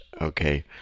okay